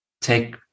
take